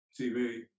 TV